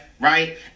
right